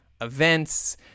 events